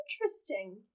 Interesting